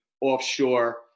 offshore